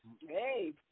hey